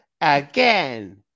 again